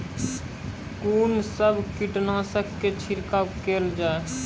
कून सब कीटनासक के छिड़काव केल जाय?